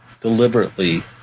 deliberately